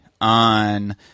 on